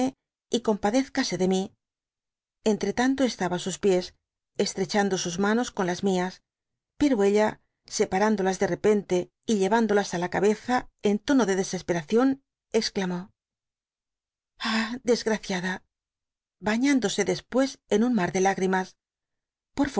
y compadézcase de mi d entretanto estaba á suspi estrechando sus manos con las mias pero ella separándolas de repente y llevandolas á la cabeza entono de desesperación exclamó ce ah desgraciada bañándose después en un mar de lágrimas